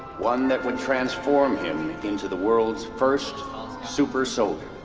one that would transform him into the world's first super soldier.